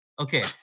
Okay